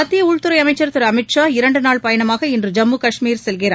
மத்திய உள்துறை அமைச்சர் திரு அமீத் ஷா இரண்டு நாள் பயணமாக இன்று ஜம்மு கஷ்மீர் செல்கிறார்